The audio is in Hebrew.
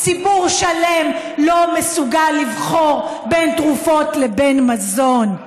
ציבור שלם לא מסוגל לבחור בין תרופות לבין מזון.